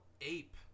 ape